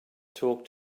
talk